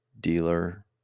dealer